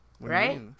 right